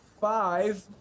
Five